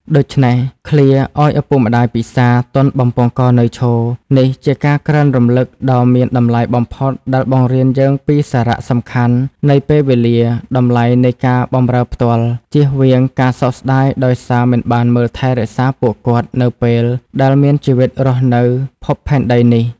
ដូច្នេះ ឃ្លា ឲ្យឪពុកម្តាយពិសារ ទាន់បំពង់ករនៅឈរ នេះជាការក្រើនរំលឹកដ៏មានតម្លៃបំផុតដែលបង្រៀនយើងពីសារៈសំខាន់នៃពេលវេលា តម្លៃនៃការបម្រើផ្ទាល់ ជៀសវាងការសោកស្តាយដោយសារមិនបានមើលថែរក្សាពួកគាត់នៅពេលដែលមានជីវិតរស់នៅភពផែនដីនេះ។